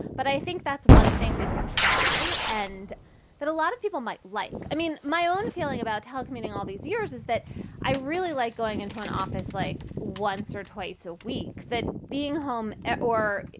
but i think that's one thing we could try and that a lot of people might like. i mean, my own. feeling about telecommuting, meaning all these years, is that i really like going into an office like once or twice a week. that being home or,